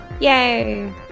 Yay